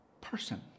person